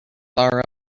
bar